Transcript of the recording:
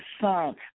son